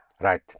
Right